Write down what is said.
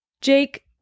Jake